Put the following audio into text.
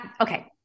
okay